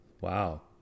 Wow